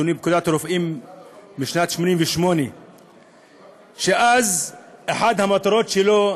לשינוי פקודת הרופאים משנת 1988. אחת המטרות שלו,